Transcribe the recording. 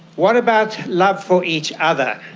what about love for each other?